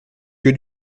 que